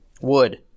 Wood